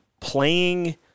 playing